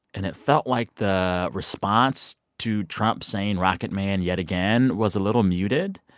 and it felt like the response to trump saying rocket man yet again was a little muted.